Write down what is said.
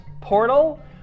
portal